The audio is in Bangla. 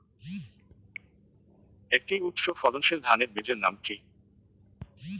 একটি উচ্চ ফলনশীল ধানের বীজের নাম কী?